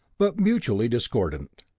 but mutually discordant.